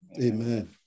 Amen